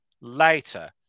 later